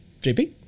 JP